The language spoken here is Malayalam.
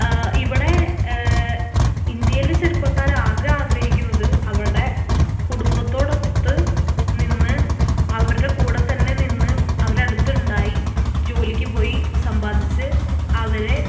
ഇവിടെ ഇന്ത്യയിലെ ചെറുപ്പക്കാർ ആകെ ആഗ്രഹിക്കുന്നത് അവരുടെ കുടുംബത്തോടൊത്ത് നിന്ന് അവരുടെ കൂടെത്തന്നെ നിന്ന് അവരെ അടുത്തുണ്ടായി ജോലിക്ക് പോയി സമ്പാദിച്ച് അവരെ